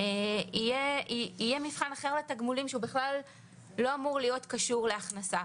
יהיה מבחן אחר לתגמולים שהוא בכלל לא אמור להיות קשור להכנסה.